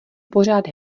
pořád